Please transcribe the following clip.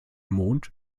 mond